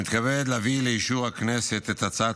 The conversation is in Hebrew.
אני מתכבד להביא לאישור הכנסת את הצעת